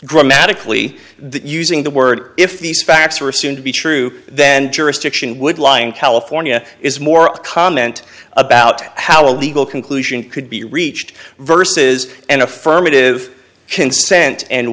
grammatically using the word if these facts are assumed to be true then jurisdiction would lie in california is more a comment about how a legal conclusion could be reached versus an affirmative consent and